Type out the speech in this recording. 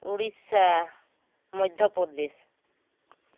Odisha Madhya Pradesh